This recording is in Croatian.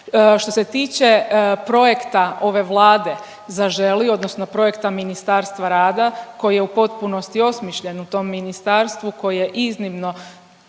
Što se tiče projekta ove Vlade Zaželi odnosno projekta Ministarstva rada koji je u potpunosti osmišljen u tom ministarstvu koji je iznimno